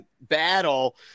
battle